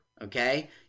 okay